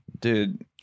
Dude